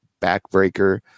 backbreaker